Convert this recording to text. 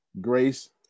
Grace